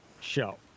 show